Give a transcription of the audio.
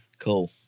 Cool